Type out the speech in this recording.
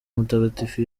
mutagatifu